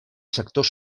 sector